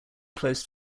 close